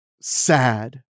sad